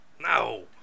No